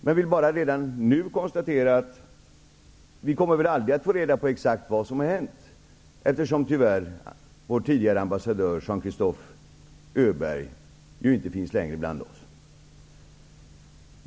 Jag vill bara redan nu konstatera att vi väl aldrig kommer att få reda på exakt vad som hänt, eftersom tyvärr vår tidigare ambassadör Jean-Christophe Öberg inte längre finns bland oss.